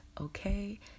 okay